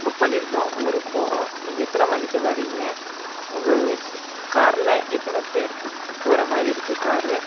book பண்ணியிருந்தோம் ஊருக்கு போகிறோம் நீங்கள் எத்தனை மணிக்கு வரீங்க உங்கள் காரில் எத்தனை பேர் போகிற மாதிரி இருக்கு கார்